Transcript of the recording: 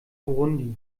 burundi